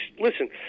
listen